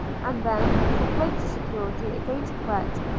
and then, for greater security against wet,